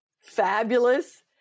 Fabulous